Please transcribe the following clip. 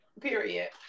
Period